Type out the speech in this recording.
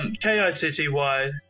k-i-t-t-y